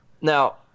Now